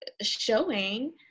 showing